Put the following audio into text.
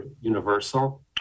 Universal